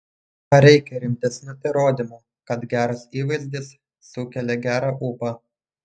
ar reikia rimtesnių įrodymų kad geras įvaizdis sukelia gerą ūpą